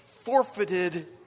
forfeited